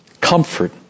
comfort